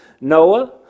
Noah